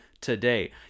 today